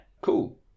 Cool